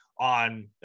on